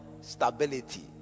stability